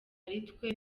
aritwe